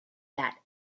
that